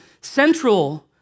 central